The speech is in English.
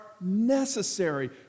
necessary